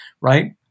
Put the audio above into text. right